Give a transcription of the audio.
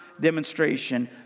demonstration